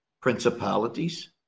principalities